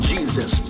Jesus